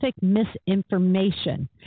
misinformation